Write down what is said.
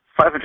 500